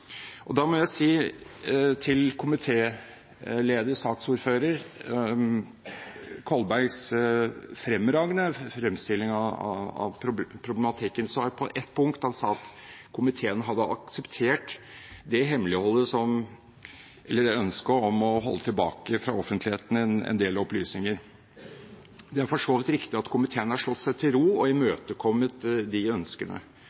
Jeg må til komitéleder og saksordfører Kolbergs fremragende fremstilling av problematikken nevne et punkt. Han sa at komiteen hadde akseptert ønsket om å holde tilbake fra offentligheten en del opplysninger. Det er for så vidt riktig at komiteen har slått seg til ro og imøtekommet disse ønskene.